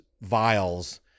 vials